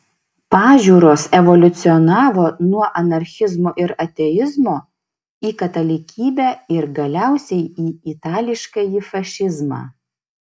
pažiūros evoliucionavo nuo anarchizmo ir ateizmo į katalikybę ir galiausiai į itališkąjį fašizmą